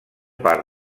part